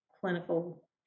clinical